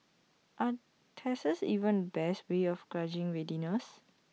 are tests even the best way of gauging readiness